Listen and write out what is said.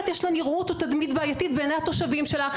יש לה נראות או תדמית בעייתית בעיני התושבים שלה.